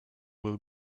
will